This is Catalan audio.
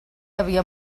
havia